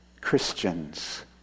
Christians